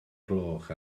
gloch